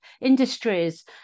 industries